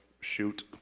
shoot